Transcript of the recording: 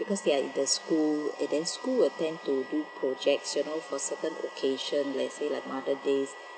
because they are in the school and then school will tend to do projects you know for certain occasion like let's say like mother's days